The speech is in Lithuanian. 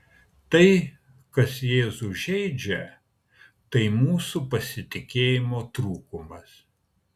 tai kas jėzų žeidžia tai mūsų pasitikėjimo trūkumas